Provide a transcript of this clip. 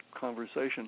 conversation